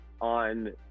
on